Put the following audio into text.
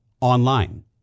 online